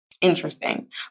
interesting